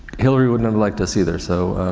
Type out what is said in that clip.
hillary wouldn't have liked us either so,